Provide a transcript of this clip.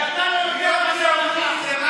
ואתה לא יודע מה זה הלכה.